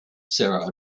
sarah